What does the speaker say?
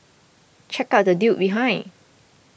check out the dude behind